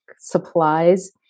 supplies